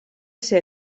ser